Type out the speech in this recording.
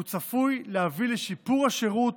הוא צפוי להביא לשיפור השירות